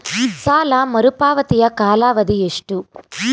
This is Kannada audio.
ಸಾಲ ಮರುಪಾವತಿಯ ಕಾಲಾವಧಿ ಎಷ್ಟು?